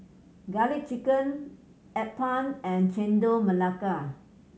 Garlic Chicken appam and Chendol Melaka